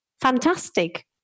fantastic